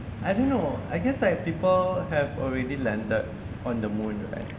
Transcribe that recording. I don't know I guess like people have already landed on the moon right